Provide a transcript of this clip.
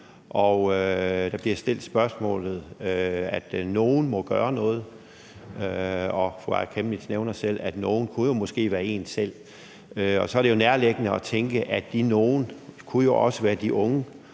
og der bliver sagt, at nogen må gøre noget. Fru Aaja Chemnitz nævner selv, at nogen måske kunne være en selv, og så er det jo nærliggende at tænke, at de nogen også kunne være de unge,